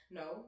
no